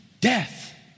death